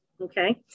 okay